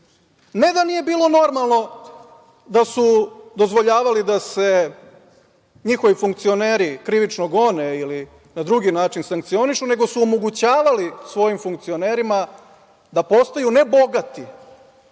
Ne da nije bilo normalno da su dozvoljavali da se njihovi funkcioneri krivično gone ili na drugi način sankcionišu nego su omogućavali svojim funkcionerima da postaju ne bogati,